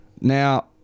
Now